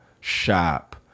shop